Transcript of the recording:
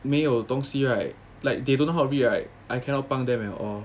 没有东西 right like they don't know how to read right I cannot 帮 them at all